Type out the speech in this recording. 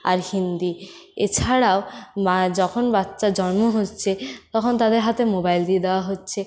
আর হিন্দি এছাড়াও যখন বাচ্চার জন্ম হচ্ছে তখন তাদের হাতে মোবাইল দিয়ে দেওয়া হচ্ছে